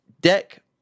deck